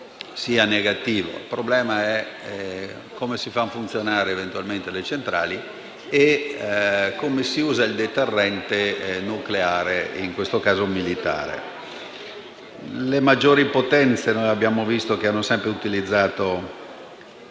Il problema è come si fanno funzionare eventualmente le centrali e come si usa il deterrente nucleare, in questo caso militare. Abbiamo visto che le maggiori potenze hanno sempre utilizzato